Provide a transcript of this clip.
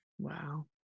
Wow